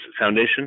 Foundation